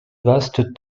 vastes